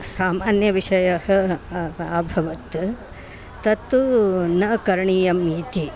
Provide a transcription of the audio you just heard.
सामान्यविषयः अभवत् तत्तु न करणीयम् इति